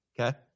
Okay